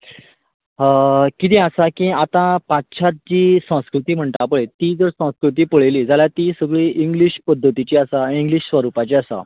किदें आसा कि आतां पाश्चात जी संस्कृती म्हणटा पळय ती जर संस्कृती पळयली जाल्यार ती सगळीं इंग्लीश पद्दतीची आसा आनी इंग्लीश स्वरूपाची आसा